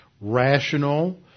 rational